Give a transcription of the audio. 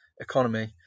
economy